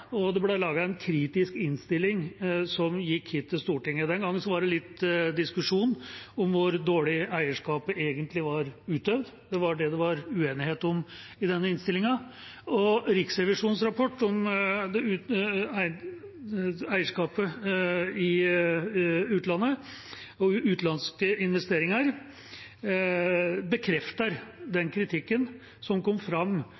og laget en kritisk innstilling som gikk hit til Stortinget. Den gangen var det litt diskusjon om hvor dårlig eierskapet egentlig var utøvd. Det var det det var uenighet om i den innstillinga. Riksrevisjonens rapport om eierskapet i utlandet og utenlandske investeringer bekrefter den kritikken som kom fram